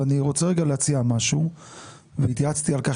ואני רוצה רגע להציע משהו והתייעצתי על כך